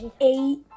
eight